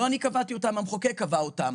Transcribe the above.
לא אני קבעתי אותן, המחוקק קבע אותן.